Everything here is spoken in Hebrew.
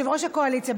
יושב-ראש הקואליציה,